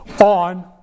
on